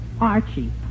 Archie